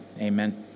Amen